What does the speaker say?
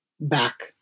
back